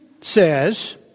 says